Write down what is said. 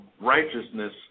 righteousness